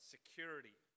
Security